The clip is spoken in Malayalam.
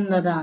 എന്നതാണ്